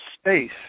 space